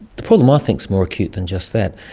the problem i think is more acute than just that.